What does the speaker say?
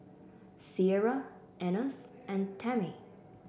Sierra Enos and Tamie